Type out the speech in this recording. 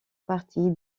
partie